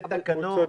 זה תקנות.